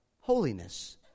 holiness